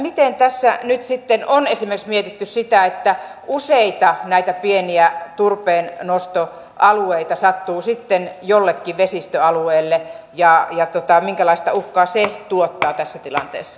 miten tässä nyt on mietitty esimerkiksi sitä jos useita näitä pieniä turpeennostoalueita sattuu sitten jollekin vesistöalueelle ja minkälaista uhkaa se tuottaa tässä tilanteessa